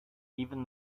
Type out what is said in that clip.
even